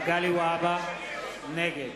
(קורא בשמות חברי הכנסת) מגלי והבה, נגד